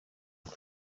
ati